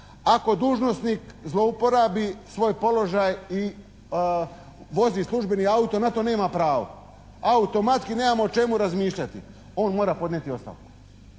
Ako dužnosnik zlouporabi svoj položaj i vozi službeni auto na to nema pravo, automatski nemamo o čemu razmišljati, on mora podnijeti ostavku.